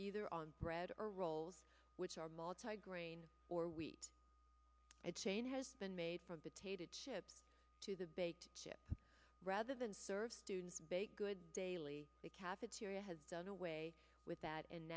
either on bread or rolls which are multigrain or wheat a chain has been made from potato chips to the baked chips rather than serve students baked goods daily the cafeteria has done away with that and